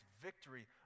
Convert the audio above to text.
victory